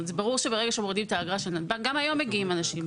גם היום מגיעים אנשים.